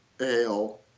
Ale